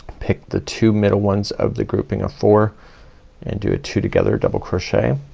pick the two middle ones of the grouping of four and do a two together double crochet.